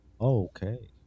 okay